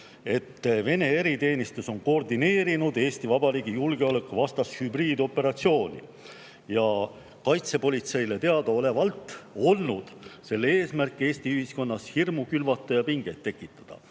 et Vene eriteenistus on koordineerinud Eesti Vabariigi julgeoleku vastast hübriidoperatsiooni. Kaitsepolitseile teadaolevalt on selle eesmärk olnud Eesti ühiskonnas hirmu külvata ja pingeid tekitada. Ja